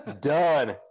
done